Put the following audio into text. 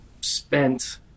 spent